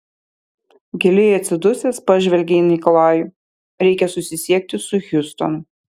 giliai atsidusęs pažvelgė į nikolajų reikia susisiekti su hjustonu